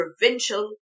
provincial